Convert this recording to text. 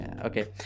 okay